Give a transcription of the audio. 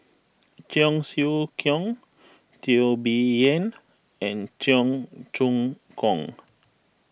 Cheong Siew Keong Teo Bee Yen and Cheong Choong Kong